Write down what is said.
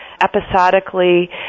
episodically